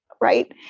right